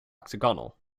octagonal